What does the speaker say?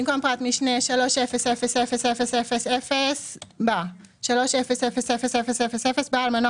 במקום פרט משנה 3000000 בא: 300000 בעל מנוע